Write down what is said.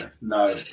No